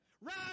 Right